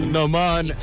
Noman